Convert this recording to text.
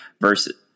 versus